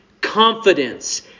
confidence